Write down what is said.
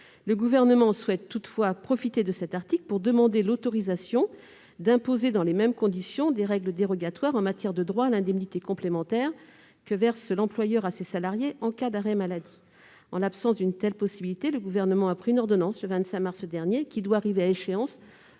Le Gouvernement souhaite toutefois profiter de cet article pour demander l'autorisation d'imposer, dans les mêmes conditions, des règles dérogatoires en matière de droit à l'indemnité complémentaire que verse l'employeur à ses salariés en cas d'arrêt maladie. En l'absence d'une telle possibilité, le Gouvernement a pris une ordonnance, le 25 mars dernier, qui doit arriver à échéance